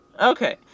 Okay